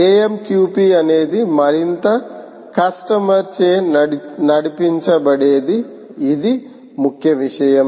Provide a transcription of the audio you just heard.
AMQP అనేది మరింత customer చే నడిపించబడేది ఇది ముఖ్య విషయం